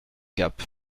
gap